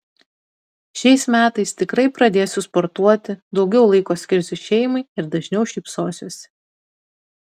šiais metais tikrai pradėsiu sportuoti daugiau laiko skirsiu šeimai ir dažniau šypsosiuosi